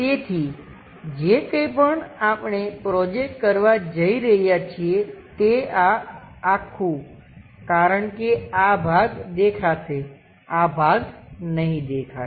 તેથી જે કંઈ પણ આપણે પ્રોજેક્ટ કરવા જઈ રહ્યા છીએ તે આ આખું કારણ કે આ ભાગ દેખાશે આ ભાગ નહીં દેખાય